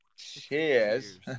Cheers